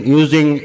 using